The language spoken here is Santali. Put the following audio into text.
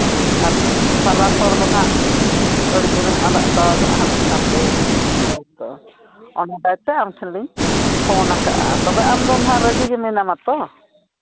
ᱟᱨ ᱥᱟᱞᱟᱥ ᱦᱚᱲ ᱫᱚ ᱦᱟᱸᱜ ᱛᱳᱲ ᱡᱳᱲᱮᱢ ᱟᱸᱫᱟᱜ ᱛᱟᱣᱟᱜᱚᱜᱼᱟ ᱦᱟᱱᱛᱮ ᱱᱟᱛᱮ ᱯᱩᱥ ᱯᱚᱨᱚᱵᱽ ᱫᱚ ᱚᱱᱟ ᱦᱚᱛᱮ ᱛᱮ ᱟᱢ ᱴᱷᱮᱱ ᱞᱤᱧ ᱯᱷᱳᱱ ᱠᱟᱜᱼᱟ ᱛᱚᱵᱮ ᱟᱢᱫᱚ ᱦᱟᱸᱜ ᱨᱟᱡᱤ ᱜᱮ ᱢᱮᱱᱟᱢᱟᱼᱟ ᱛᱚ